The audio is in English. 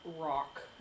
rock